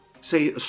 say